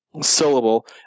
syllable